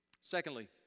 Secondly